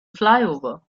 flyover